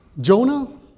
Jonah